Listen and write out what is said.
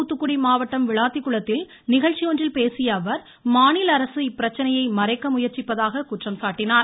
தாத்துக்குடி மாவட்டம் விளாத்திகுளத்தில் நிகழ்ச்சி ஒன்றில் பேசிய அவர் மாநில அரசு இப்பிரச்சனையை மறைக்க முயற்சிப்பதாக குற்றம் சாட்டினார்